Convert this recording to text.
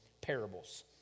parables